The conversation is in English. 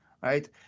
right